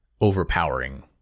overpowering